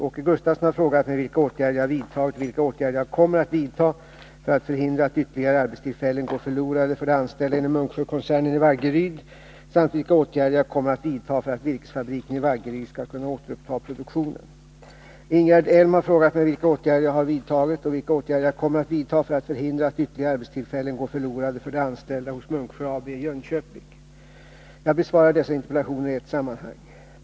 Åke Gustavsson har frågat mig vilka åtgärder jag vidtagit och vilka åtgärder jag kommer att vidtaga för att förhindra att ytterligare arbetstillfällen går förlorade för de anställda inom Munksjökoncernen i Vaggeryd samt vilka åtgärder jag kommer att vidtaga för att virkesfabriken i Vaggeryd skall kunna återuppta produktionen. Ingegerd Elm har frågat mig vilka åtgärder jag har vidtagit och vilka åtgärder jag kommer att vidtaga för att förhindra att ytterligare arbetstillfällen går förlorade för de anställda hos Munksjö AB i Jönköping. Jag besvarar dessa interpellationer i ett sammanhang.